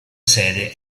sede